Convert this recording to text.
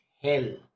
hell